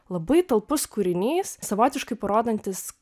labai talpus kūrinys savotiškai parodantis